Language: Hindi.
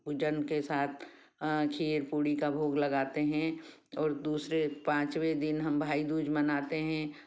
पूजन के साथ खीर पूड़ी का भोग लगाते हैं और दूसरे पाँचवें दिन हम भाई दूज मनाते हैं